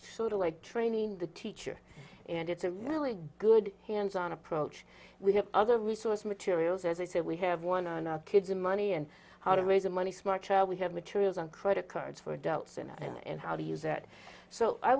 sort of like training the teacher and it's a really good hands on approach we have other resource materials as i said we have one on our kids and money and how to raise a money smart child we have materials on credit cards for adults in it and how to use it so i